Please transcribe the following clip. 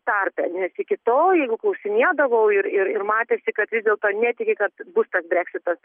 tarpe nes iki tol jeigu klausinėdavau ir ir matėsi kad vis dėlto netiki bus tas breksitas